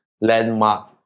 landmark